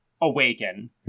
awaken